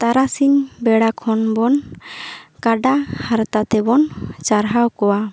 ᱛᱟᱨᱟᱥᱤᱧ ᱵᱮᱲᱟ ᱠᱷᱚᱱ ᱵᱚᱱ ᱠᱟᱰᱟ ᱦᱟᱨᱛᱟ ᱛᱮ ᱵᱚᱱ ᱪᱟᱨᱦᱟᱣ ᱠᱚᱣᱟ